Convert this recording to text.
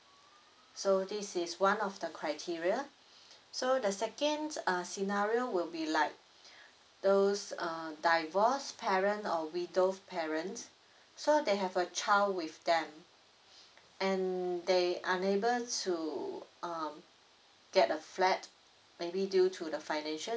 so this is one of the criteria so the second uh scenario will be like those uh divorced parent or widowed parent so they have a child with them and they unable to um get a flat maybe due to the financial